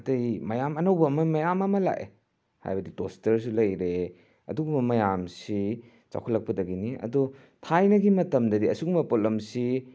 ꯑꯇꯩ ꯃꯌꯥꯝ ꯑꯅꯧꯕ ꯃꯣꯏ ꯃꯌꯥꯝ ꯑꯃ ꯂꯥꯛꯑꯦ ꯍꯥꯏꯕꯗꯤ ꯇꯣꯁꯇꯔꯁꯨ ꯂꯩꯔꯦ ꯑꯗꯨꯒꯨꯝꯕ ꯃꯌꯥꯝꯁꯤ ꯆꯥꯎꯈꯠꯂꯛꯄꯗꯒꯤꯅꯤ ꯑꯗꯣ ꯊꯥꯏꯅꯒꯤ ꯃꯇꯝꯗꯗꯤ ꯑꯁꯤꯒꯨꯝꯕ ꯄꯣꯠꯂꯝꯁꯤ